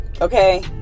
okay